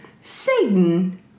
Satan